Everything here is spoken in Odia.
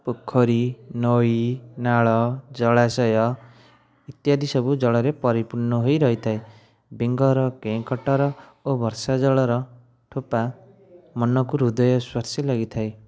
ପୋଖରୀ ନଈ ନାଳ ଜଳାଶୟ ଇତ୍ୟାଦି ସବୁ ଜଳରେ ପରିପୂର୍ଣ୍ଣ ହୋଇ ରହିଥାଏ ବେଙ୍ଗର କେଁ କଟର ଓ ବର୍ଷା ଜଳର ଠୋପା ମନକୁ ହୃଦୟ ସ୍ପର୍ଶୀ ଲାଗିଥାଏ